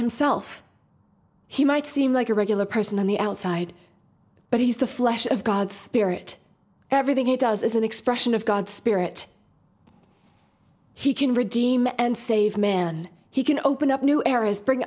himself he might seem like a regular person on the outside but he's the flesh of god spirit everything he does is an expression of god's spirit he can redeem and save man he can open up new areas bring